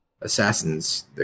Assassin's